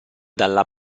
dalla